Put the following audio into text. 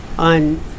on